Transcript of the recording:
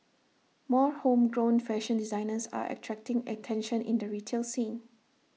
more homegrown fashion designers are attracting attention in the retail scene